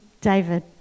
David